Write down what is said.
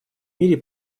мире